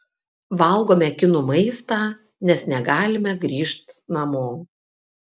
valgome kinų maistą nes negalime grįžt namo